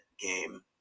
game